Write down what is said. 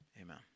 amen